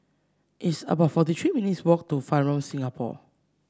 it's about forty three minutes' walk to Fairmont Singapore